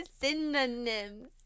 Synonyms